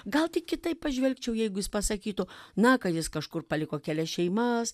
gal tik kitaip pažvelgčiau jeigu jis pasakytų na kad jis kažkur paliko kelias šeimas